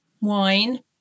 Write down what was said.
wine